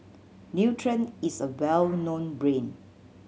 Nutren is a well known brand